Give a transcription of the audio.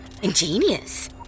Ingenious